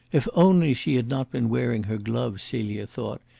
if only she had not been wearing her gloves, celia thought,